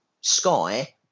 Sky